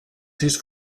sis